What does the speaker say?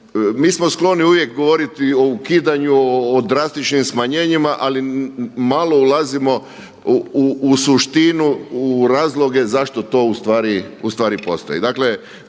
Mi smo skloni uvijek govoriti o ukidanju o drastičnim smanjenjima, ali malo ulazimo u suštinu u razloge zašto to postoji.